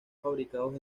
fabricados